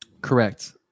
Correct